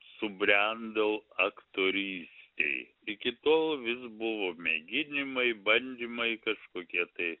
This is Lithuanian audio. subrendau aktorystėj iki tol vis buvo mėginimai bandymai kažkokie tai